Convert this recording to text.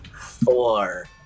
Four